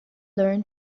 learn